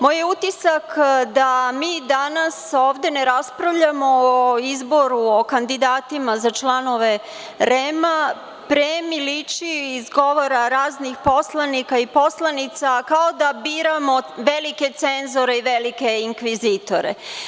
Moj je utisak da mi danas ovde ne raspravljamo o izboru, o kandidatima za članove REM, pre mi liči, iz govora raznih poslanika i poslanica, kao da biramo velike cenzore i velike inkvizitore.